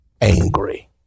angry